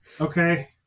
Okay